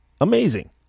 amazing